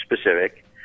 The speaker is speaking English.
specific